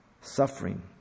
suffering